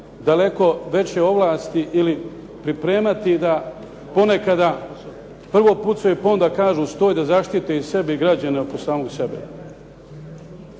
daleko veće ovlasti ili pripremati ih da ponekada prvo pucaju, pa onda kažu "stoj" da zaštite sebi i građane oko samih sebe.